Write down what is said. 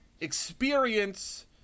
experience